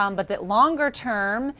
um but the longer term,